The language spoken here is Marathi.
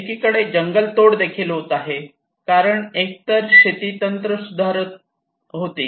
एकीकडे जंगलतोड देखील होत आहे कारण एकतर शेती तंत्र सुधारत होती